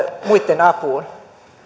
muitten apuun